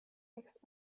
wächst